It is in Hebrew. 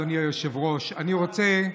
אדוני היושב-ראש, אני רוצה,